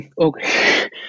okay